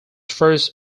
first